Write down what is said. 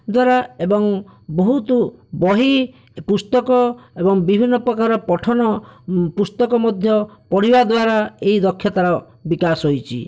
ଦ୍ୱାରା ଏବଂ ବହୁତ ବହି ପୁସ୍ତକ ଏବଂ ବିଭିନ୍ନ ପ୍ରକାର ପଠନ ପୁସ୍ତକ ମଧ୍ୟ ପଢ଼ିବା ଦ୍ୱାରା ଏହି ଦକ୍ଷତାର ବିକାଶ ହୋଇଛି